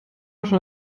schon